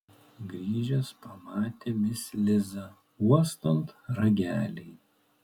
grįžęs pamatė mis lizą uostant ragelį